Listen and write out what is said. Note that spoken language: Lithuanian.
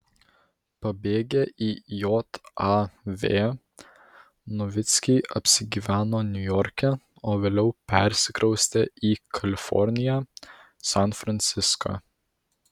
pabėgę į jav novickiai apsigyveno niujorke o vėliau persikraustė į kaliforniją san franciską